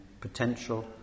potential